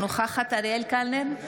אינה נוכחת אריאל קלנר,